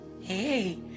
Hey